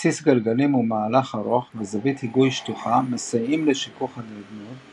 בסיס גלגלים ומהלך ארוך וזווית היגוי שטוחה מסייעים לשיכוך הנדנוד,